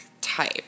type